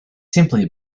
simply